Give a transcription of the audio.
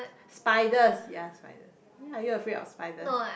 spiders ya spiders ya you are afraid of spiders